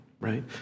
right